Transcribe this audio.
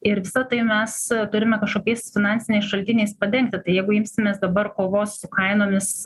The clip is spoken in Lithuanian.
ir visa tai mes turime kažkokiais finansiniais šaltiniais padengti tai jeigu imsimės dabar kovos su kainomis